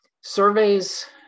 Surveys